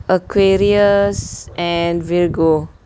aquarius and virgo